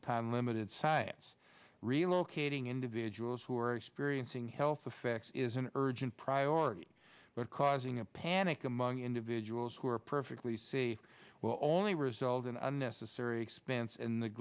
upon limited science relocating individuals who are experiencing health effects is an urge priority but causing a panic among individuals who are perfectly safe will only result in unnecessary expense in the